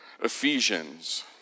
Ephesians